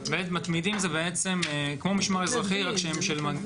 מתמידים זה בעצם כמו משמר אזרחי רק שהם של מג"ב.